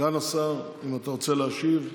סגן השר, אם אתה רוצה להשיב.